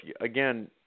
again